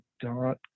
dot